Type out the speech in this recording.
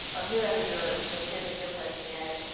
or whoever your your peer to peer person is,